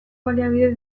baliabide